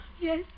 yes